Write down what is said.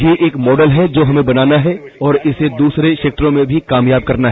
यह एक मॉडल है जो हमें बनाना है और इसे दूसरे क्षेत्रों भी कामयाब करना है